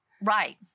right